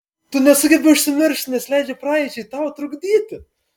tu nesugebi užsimiršti nes leidi praeičiai tau trukdyti